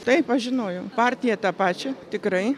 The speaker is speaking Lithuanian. taip aš žinojau partiją tą pačią tikrai